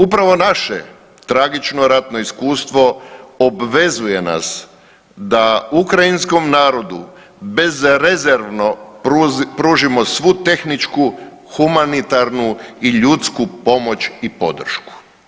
Upravo naše tragično ratno iskustvo obvezuje nas da ukrajinskom narodu bezrezervno pružimo svu tehničku, humanitarnu i ljudsku pomoć i podršku.